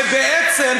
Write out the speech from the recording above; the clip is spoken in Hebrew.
שבעצם,